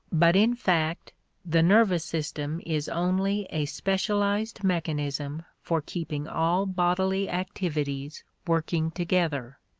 but in fact the nervous system is only a specialized mechanism for keeping all bodily activities working together.